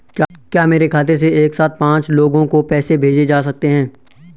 क्या मेरे खाते से एक साथ पांच लोगों को पैसे भेजे जा सकते हैं?